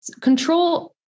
Control